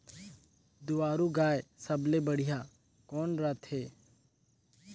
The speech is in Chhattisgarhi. दुधारू गाय सबले बढ़िया कौन रथे?